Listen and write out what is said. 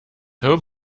home